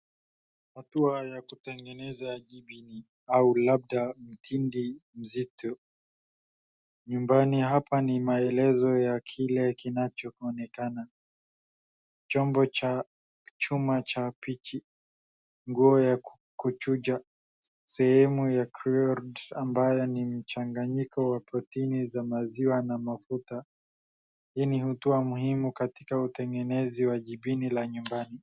Hatua ya kutengeneza jibini au labda mtindi mzito nyumbani. Hapa ni maelezo ya kile kinachoonekana. Chombo cha chuma cha pichi, nguo ya kuchuja, sehemu ya curds ambayo ni mchanganyiko wa protini za maziwa na mafuta. Hii ni hatua muhimu katika utengenezaji wa jibini la nyumbani.